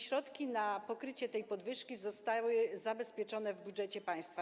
Środki na pokrycie tej podwyżki zostały zabezpieczone w budżecie państwa.